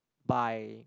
by